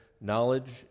knowledge